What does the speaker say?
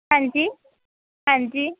ਹਾਂਜੀ ਹਾਂਜੀ